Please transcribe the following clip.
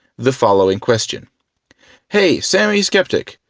the following question hey, sammy skeptic,